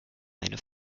eine